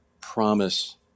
promise